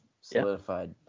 Solidified